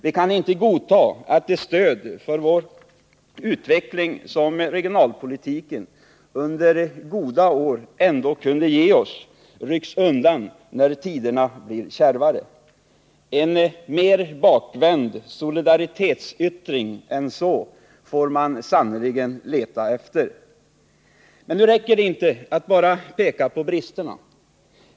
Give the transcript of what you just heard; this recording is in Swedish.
Vi kan inte godta att det stöd för vår utveckling som regionalpolitiken under goda år ändå kunde ge oss rycks undan när tiderna blir kärvare. En mer bakvänd solidaritetsyttring än så får man sannerligen leta efter! Nu räcker det inte att bara peka på bristerna.